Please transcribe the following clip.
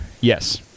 yes